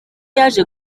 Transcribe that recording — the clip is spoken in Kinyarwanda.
yaje